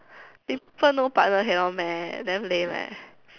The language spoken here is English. people no partner cannot meh damn lame leh